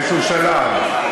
באיזה שלב,